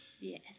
Yes